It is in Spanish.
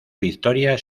victoria